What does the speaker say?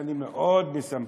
שאני מאוד מסמפט,